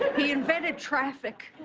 he invented traffic.